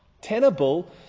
tenable